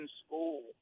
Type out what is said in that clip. school